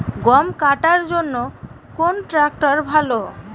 গম কাটার জন্যে কোন ট্র্যাক্টর ভালো?